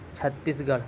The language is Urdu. چھتیس گڑھ